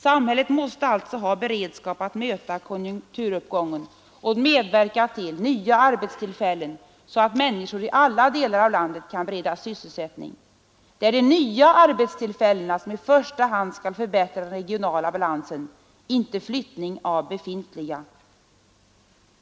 Samhället måste alltså ha beredskap att möta konjunkturuppgången och medverka till nya arbetstillfällen så att människor i alla delar av landet kan beredas sysselsättning. Det är de nya arbetstillfällena som i första hand skall förbättra den regionala balansen — inte flyttning av befintliga.